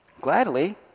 Gladly